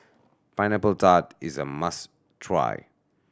Pineapple Tart is a must try